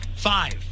Five